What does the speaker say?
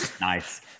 Nice